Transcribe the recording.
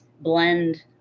blend